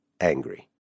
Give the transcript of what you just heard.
angry